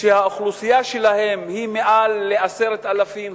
שהאוכלוסייה שלהם היא מעל ל-10,000,